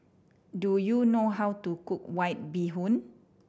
do you know how to cook White Bee Hoon